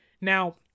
now